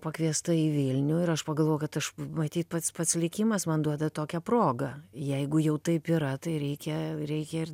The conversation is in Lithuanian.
pakviesta į vilnių ir aš pagalvojau kad aš matyt pats pats likimas man duoda tokią progą jeigu jau taip yra tai reikia reikia ir